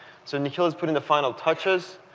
so nikhil is putting the final touches.